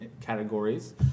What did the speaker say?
categories